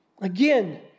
again